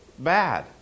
bad